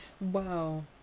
wow